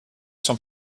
son